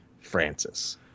Francis